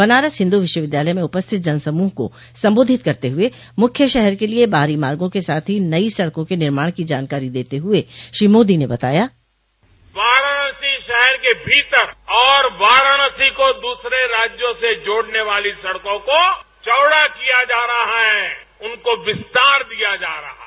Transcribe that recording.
बनारस हिन्दू विश्वविद्यालय में उपस्थित जनसमूह को संबोधित करते हुए मुख्य शहर के लिए बाहरी मार्गों के साथ ही नई सड़कों के निर्माण की जानकारी देते हुए श्री मोदी ने बताया वाराणसी शहर के भीतर और वाराणसी को दूसरे राज्यों से जोड़ने वाली सड़कों को चौड़ा किया जा रहा है उनको विस्तार दिया जा रहा है